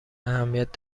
اهمیت